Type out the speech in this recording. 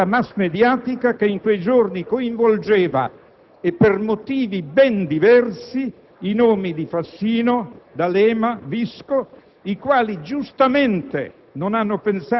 la bufera massmediatica che in quei giorni coinvolgeva - e per motivi ben diversi - i nomi di Fassino, D'Alema, Visco, i quali, giustamente,